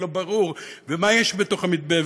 ולא ברור מה יש בתוך המתווה,